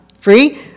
Free